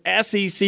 SEC